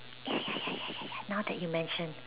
ya ya ya ya ya ya now that you mention